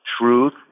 truth